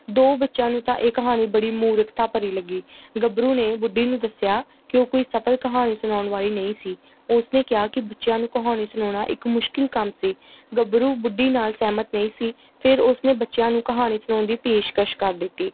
ਦੋ ਬੱਚਿਆਂ ਨੂੰ ਤਾਂ ਇਹ ਕਹਾਣੀ ਬੜੀ ਮੂਰਖਤਾ ਭਰੀ ਲੱਗੀ ਗੱਭਰੂ ਨੇ ਬੁੱਢੀ ਨੂੰ ਦੱਸਿਆ ਕਿ ਉਹ ਕੋਈ ਸਫਲ ਕਹਾਣੀ ਸੁਣਾਉਣ ਵਾਲੀ ਨਹੀਂ ਸੀ ਉਸਨੇ ਕਿਹਾ ਕਿ ਬੱਚਿਆਂ ਨੂੰ ਕਹਾਣੀ ਸੁਣਾਉਣਾ ਇੱਕ ਮੁਸ਼ਕਿਲ ਕੰਮ ਸੀ ਗੱਭਰੂ ਬੁੱਢੀ ਨਾਲ ਸਹਿਮਤ ਨਹੀਂ ਸੀ ਫਿਰ ਉਸਨੇ ਬੱਚਿਆਂ ਨੂੰ ਕਹਾਣੀ ਸੁਣਾਉਣ ਦੀ ਪੇਸ਼ਕਸ਼ ਕਰ ਦਿੱਤੀ